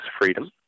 freedom